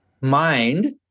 mind